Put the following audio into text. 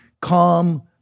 calm